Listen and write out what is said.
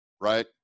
right